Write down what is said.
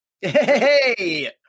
Hey